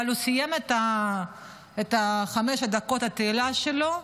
אבל הוא סיים את חמש דקות התהילה שלו וזהו.